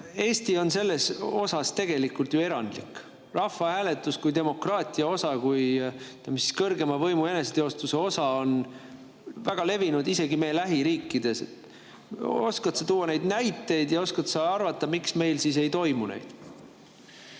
Eesti on selles ju erandlik. Rahvahääletus kui demokraatia osa, kui kõrgeima võimu eneseteostuse osa on väga levinud isegi meie lähiriikides. Oskad sa tuua näiteid ja oskad sa arvata, miks meil neid ei toimu?